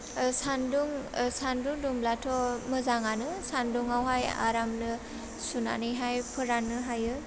ओह सान्दुं ओह सान्दुं दुंब्लाथ' मोजांआनो सान्दुंआवहाइ आरामनो सुनानैहाइ फोरान्नो हायो